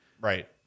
right